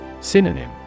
Synonym